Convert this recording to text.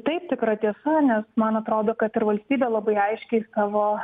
taip tikra tiesa nes man atrodo kad ir valstybė labai aiškiai savo